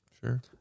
Sure